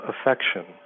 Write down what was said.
affection